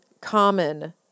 common